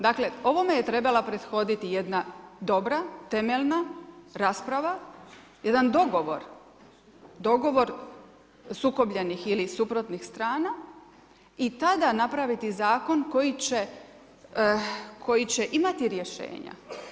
Dakle, ovome je trebala prethoditi jedna dobra temeljna rasprava, jedan dogovor, dogovor sukobljenih ili suprotnih strana i tada napraviti zakon koji će imati rješenja.